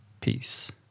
peace